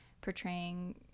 portraying